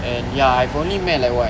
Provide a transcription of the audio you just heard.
and ya I've only met like what